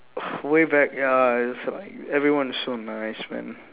way back ya that's why everyone is so nice man